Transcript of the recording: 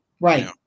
Right